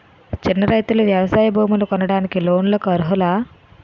చిన్న రైతులు వ్యవసాయ భూములు కొనడానికి లోన్ లకు అర్హులా?